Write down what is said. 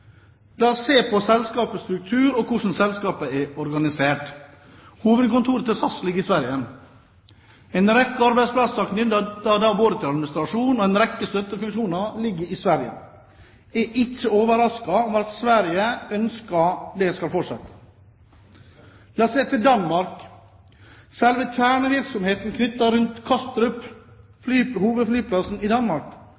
organisert: Hovedkontoret til SAS ligger i Sverige. En rekke arbeidsplasser knyttet til administrasjon og en rekke støttefunksjoner ligger i Sverige. Jeg er ikke overrasket over at Sverige ønsker at det skal fortsette. La oss se til Danmark. Selve kjernevirksomheten på Kastrup, hovedflyplassen i Danmark, er jo nettopp driftet rundt